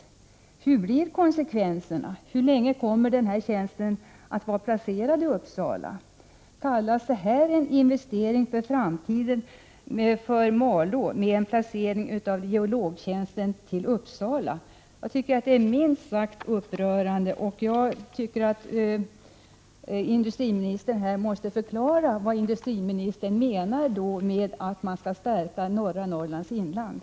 Vilka blir konsekvenserna? Hur länge kommer tjänsten att vara placerad i Uppsala? Kan det kallas en investering för Malås framtid att placera geologtjänsteni Prot. 1988/89:12 Uppsala? 20 oktober 1988 Jag anser att detta är minst s; örande, och jag tycker att industrimig inst sagt upprörande jag tycker att industrimi Öm lökallsering av.ed nistern måste förklara vad han menar med att man skall stärka norra Frastr Norrlands inland.